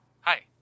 Hi